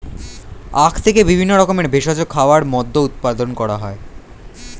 আখ থেকে বিভিন্ন রকমের ভেষজ খাবার, মদ্য উৎপাদন করা হয়